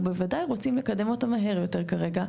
בוודאי רוצים לקדם אותם מהר יותר כרגע,